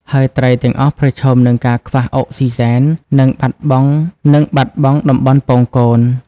ហើយត្រីទាំងអស់ប្រឈមនឹងការខ្វះអុកស៊ីហ្សែន និងបាត់បង់តំបន់ពងកូន។